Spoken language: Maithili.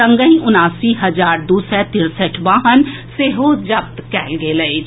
संगहि उनासी हजार दू सय तिरसठि वाहन सेहो जब्त कएल गेल अछि